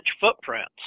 footprints